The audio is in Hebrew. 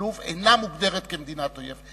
לוב אינה מוגדרת כמדינת אויב.